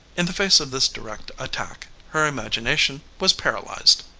in the face of this direct attack her imagination was paralyzed.